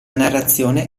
narrazione